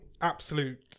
absolute